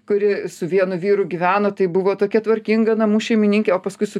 kuri su vienu vyru gyveno tai buvo tokia tvarkinga namų šeimininkė o paskui su